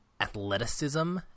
athleticism